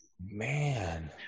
Man